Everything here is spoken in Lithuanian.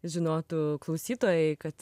žinotų klausytojai kad